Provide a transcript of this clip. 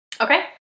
Okay